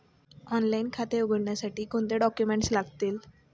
Online खाते उघडण्यासाठी कोणते डॉक्युमेंट्स लागतील?